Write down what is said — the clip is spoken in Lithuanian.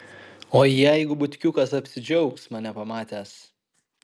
o jeigu butkiukas apsidžiaugs mane pamatęs